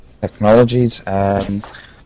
Technologies